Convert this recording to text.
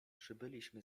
przybyliśmy